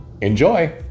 Enjoy